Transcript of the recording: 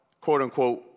quote-unquote